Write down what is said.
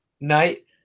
night